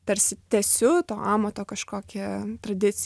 tarsi tęsiu to amato kažkokią tradiciją